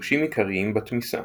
שימושים עיקריים בתמיסה